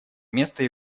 место